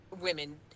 women